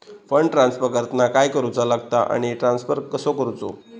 Fund transfer करताना काय करुचा लगता आनी ट्रान्स्फर कसो करूचो?